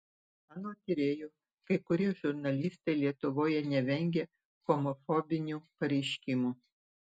anot tyrėjų kai kurie žurnalistai lietuvoje nevengia homofobinių pareiškimų